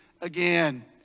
again